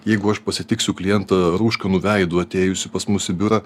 jeigu aš pasitiksiu klientą rūškanu veidu atėjusį pas mus į biurą